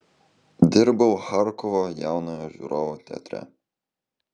dirbau charkovo jaunojo žiūrovo teatre